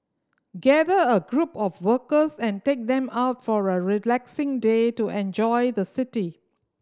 gather a group of workers and take them out for a relaxing day to enjoy the city